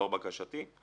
לאור בקשתי,